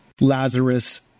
Lazarus